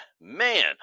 man